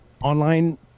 online